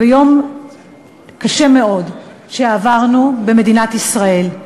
יום קשה מאוד שעברנו במדינת ישראל,